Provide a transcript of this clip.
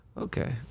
Okay